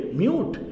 mute